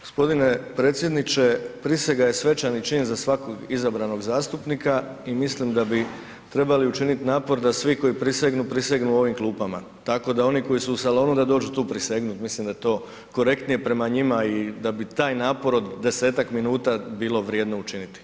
G. predsjedniče, prisega je svečani čin za svakog izabranog zastupnika i mislim da bi trebali učiniti napor da svi koji prisegnu, prisegnu u ovim klupama, tako da oni koji su u salonu, da dođu tu prisegnuti, mislim da je to korektnije prema njima i da bi taj napor od 10-ak minuta bilo vrijedno učiniti.